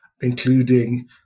including